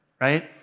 right